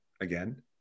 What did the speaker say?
again